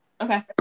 Okay